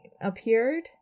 appeared